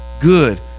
good